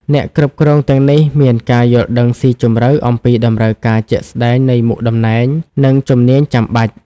អ្នកគ្រប់គ្រងទាំងនេះមានការយល់ដឹងស៊ីជម្រៅអំពីតម្រូវការជាក់ស្តែងនៃមុខតំណែង និងជំនាញចាំបាច់។